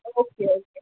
okay okay